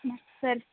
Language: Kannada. ಹ್ಞೂಂ ಸರಿ